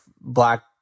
Black